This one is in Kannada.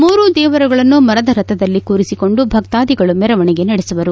ಮೂರು ದೇವರುಗಳನ್ನು ಮರದ ರಥದಲ್ಲಿ ಕೂರಿಸಿಕೊಂಡು ಭಕ್ತಾದಿಗಳು ಮೆರವಣಿಗೆ ನಡೆಸುವರು